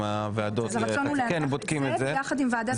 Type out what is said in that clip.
הוועדות --- הרצון הוא להניח את זה ביחד עם ועדת הבריאות